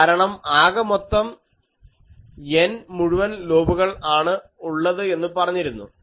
കാരണം ആകെമൊത്തം N മുഴുവൻ ലോബുകൾ ആണ് ഉള്ളത് എന്ന് പറഞ്ഞിരുന്നു